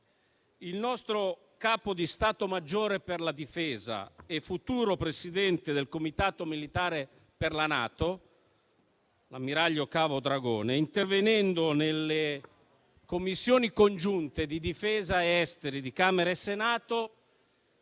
il nostro Capo di stato maggiore per la difesa e futuro presidente del Comitato militare per la NATO, l'ammiraglio Cavo Dragone, intervenendo nelle Commissioni congiunte di difesa e esteri di Camera e Senato,